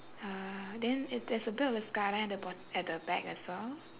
uh then there's a bit of the skyline at the bot~ at the back as well